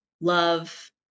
love